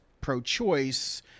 pro-choice